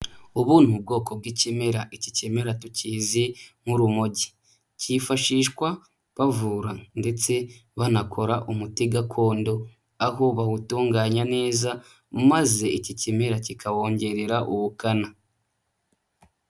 Ubu ni bwoko bw'ikimera iki kimera tukizi nk'urumogi, kifashishwa bavura ndetse banakora umuti gakondo aho bawutunganya neza maze iki kimera kikawongerera ubukana.